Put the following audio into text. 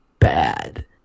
Bad